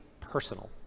personal